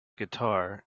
guitar